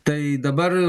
tai dabar